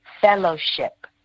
fellowship